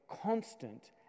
constant